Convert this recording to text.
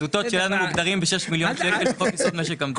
הזוטות שלנו מוגדרים בשישה מיליון שקל בחוק-יסוד: משק המדינה.